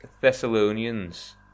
Thessalonians